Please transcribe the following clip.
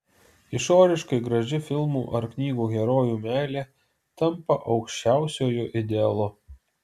išoriškai graži filmų ar knygų herojų meilė tampa aukščiausiuoju idealu